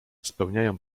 spełniają